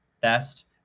best